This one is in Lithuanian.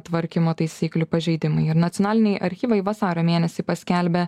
tvarkymo taisyklių pažeidimai ir nacionaliniai archyvai vasario mėnesį paskelbė